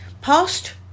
past